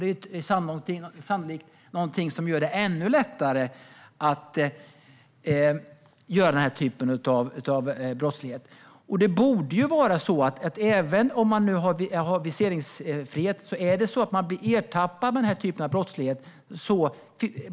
Det är sannolikt någonting som gör det ännu lättare att begå den här typen av brott. Även om det är viseringsfrihet borde man bli utvisad om man blir ertappad med den här typen av brottslighet.